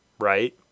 right